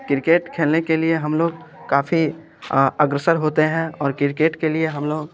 cricket खेलने के लिए हम लोग काफ़ी अग्रसर होते हैं और क्रिकेट के लिए हम लोग